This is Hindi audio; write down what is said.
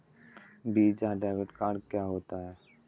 वीज़ा डेबिट कार्ड क्या होता है?